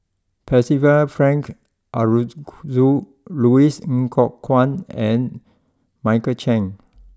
Percival Frank Aroozoo Louis Ng Kok Kwang and Michael Chiang